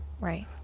right